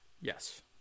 Yes